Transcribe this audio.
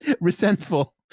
Resentful